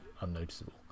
unnoticeable